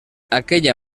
aquella